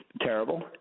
terrible